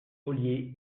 ollier